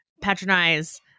patronize